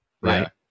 Right